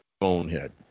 bonehead